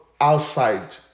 outside